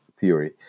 Theory